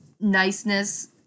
niceness